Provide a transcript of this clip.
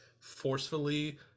forcefully